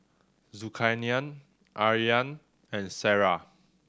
Zulkarnain Aryan and Sarah